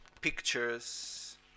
pictures